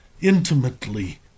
intimately